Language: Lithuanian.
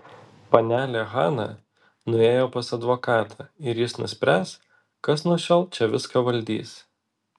panelė hana nuėjo pas advokatą ir jis nuspręs kas nuo šiol čia viską valdys